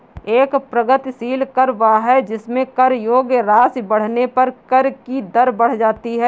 एक प्रगतिशील कर वह है जिसमें कर योग्य राशि बढ़ने पर कर की दर बढ़ जाती है